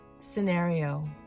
scenario